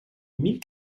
mille